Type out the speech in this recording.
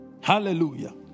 Hallelujah